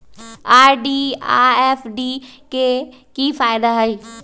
RD आ FD के कि फायदा हई?